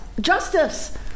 justice